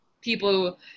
people